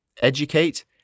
Educate